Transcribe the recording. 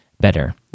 better